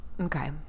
Okay